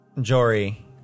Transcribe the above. Jory